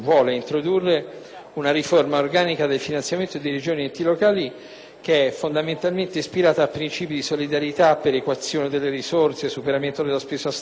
che è fondamentalmente ispirato a principi di solidarietà, perequazione delle risorse, superamento della spesa storica, affermazione dell'autonomia e del riconoscimento del valore della responsabilità.